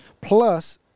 plus